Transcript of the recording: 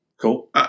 cool